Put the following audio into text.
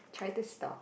try to stop